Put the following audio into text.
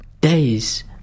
days